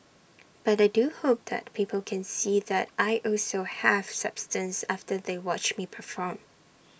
but I do hope that people can see that I also have substance after they watch me perform